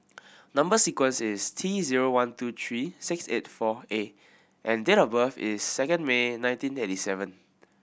number sequence is T zero one two three six eight four A and date of birth is second May nineteen eighty seven